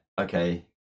okay